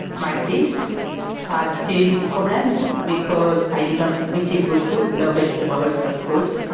my teeth have still problems because i didn't receive good food, no vegetables, no fruits,